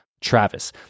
Travis